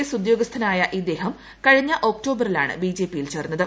S ഉദ്യോഗസ്ഥനായ ഇദ്ദേഹം കഴിഞ്ഞ ഒക്ടോബറിലാണ് ബിജെപി യിൽ ചേർന്നത്